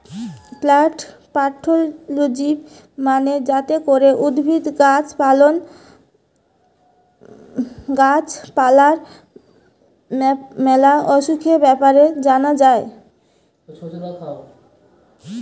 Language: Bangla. প্লান্ট প্যাথলজি মানে যাতে করে উদ্ভিদ, গাছ পালার ম্যালা অসুখের ব্যাপারে জানা যায়টে